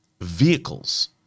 vehicles